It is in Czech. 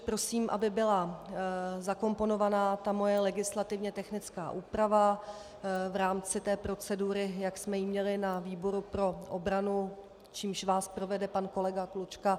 Prosím, aby byla zakomponovaná moje legislativně technická úprava v rámci procedury, jak jsme ji měli na výboru pro obranu, čímž vás provede pan kolega Klučka.